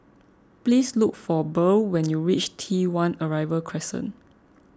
please look for Burl when you reach T one Arrival Crescent